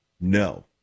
No